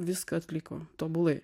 viską atliko tobulai